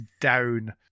down